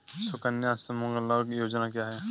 सुकन्या सुमंगला योजना क्या है?